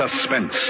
Suspense